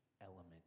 element